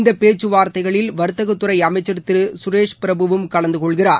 இந்த பேச்கவார்த்தைகளில் வர்த்தகத்துறை அமைச்சர் திரு சுரேஷ் பிரபுவும் கலந்து கொள்கிறார்